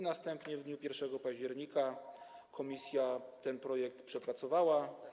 Następnie, w dniu 1 października, komisja ten projekt przepracowała.